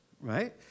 right